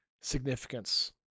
significance